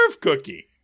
cookie